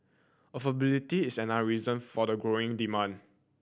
affordability is another reason for the green demand